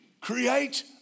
create